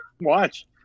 watch